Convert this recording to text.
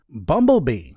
Bumblebee